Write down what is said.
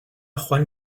juan